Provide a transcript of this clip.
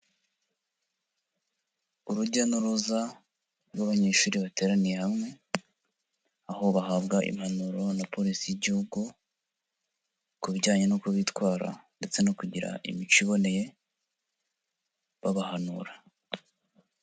Urujya n'uruza rw'abanyeshuri bateraniye hamwe aho bahabwa impanuro na porisi y'igihugu ku bijyanye n'uko bitwara ndetse no kugira imico iboneye babahanura.